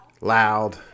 loud